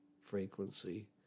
frequency